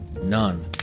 None